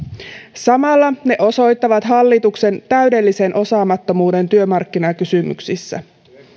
samalla ne osoittavat hallituksen täydellisen osaamattomuuden työmarkkinakysymyksissä